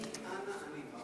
ואני, אנה אני בא.